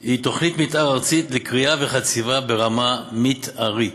היא תוכנית מתאר ארצית לכרייה וחציבה ברמה מתארית,